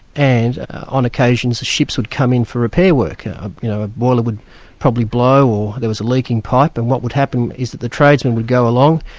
and on occasions, ships would come in for repair work. you know a boiler would probably blow, or there was a leaking pipe, and what would happen is that the tradesmen would go along,